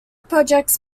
projects